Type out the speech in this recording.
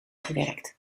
gewerkt